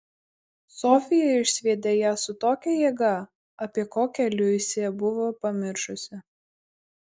sofija išsviedė ją su tokia jėga apie kokią liusė buvo pamiršusi